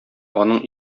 аның